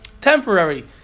temporary